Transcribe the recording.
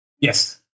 Yes